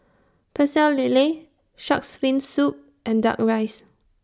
Pecel Lele Shark's Fin Soup and Duck Rice